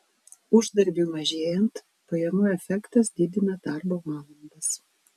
uždarbiui mažėjant pajamų efektas didina darbo valandas